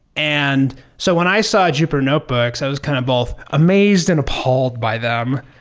and so when i saw jupiter notebooks, i was kind of both amazed and appalled by them.